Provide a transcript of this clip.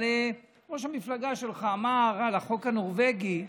אבל ראש המפלגה שלך אמר על החוק הנורבגי,